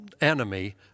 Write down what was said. enemy